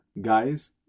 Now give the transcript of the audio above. Guys